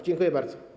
Dziękuję bardzo.